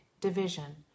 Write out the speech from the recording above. division